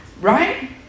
right